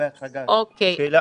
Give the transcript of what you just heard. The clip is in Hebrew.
שאלה